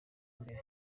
imbere